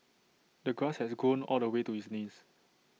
the grass had grown all the way to his knees